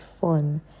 fun